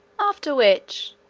after which,